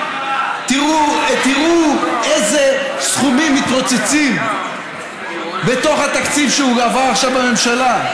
תראו איזה סכומים מתרוצצים בתוך התקציב שהועבר עכשיו בממשלה.